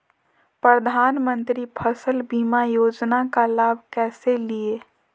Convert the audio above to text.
प्रधानमंत्री फसल बीमा योजना का लाभ कैसे लिये?